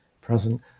present